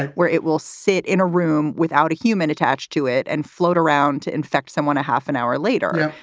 and where it will sit in a room without a human attached to it and float around to infect someone a half an hour later.